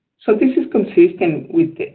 so this is consistent with